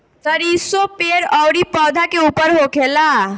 सरीसो पेड़ अउरी पौधा के ऊपर होखेला